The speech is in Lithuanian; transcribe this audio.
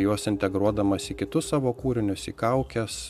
juos integruodamas į kitus savo kūrinius į kaukes